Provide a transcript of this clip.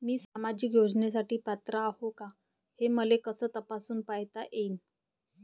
मी सामाजिक योजनेसाठी पात्र आहो का, हे मले कस तपासून पायता येईन?